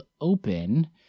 Open